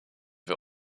wir